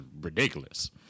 ridiculous